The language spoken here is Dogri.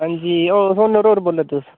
हांं जी होनर होर बोलै दे तुस